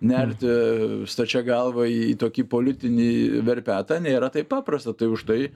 nerti stačia galva į tokį politinį verpetą nėra taip paprasta tai užtai